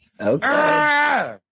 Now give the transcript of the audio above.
Okay